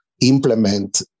implement